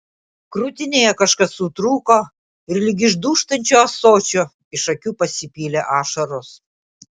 krūtinėje kažkas sutrūko ir lyg iš dūžtančio ąsočio iš akių pasipylė ašaros